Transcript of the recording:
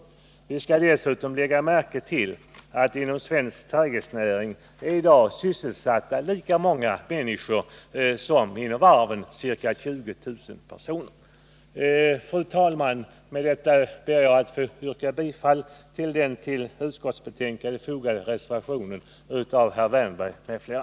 Vi skall dessutom lägga märke till att det inom svensk trädgårdsnäring i dag är sysselsatta lika många som inom varven, ca 20 000 personer. Fru talman! Med detta ber jag att få yrka bifall till den vid betänkandet fogade reservationen av herr Wärnberg m.fl.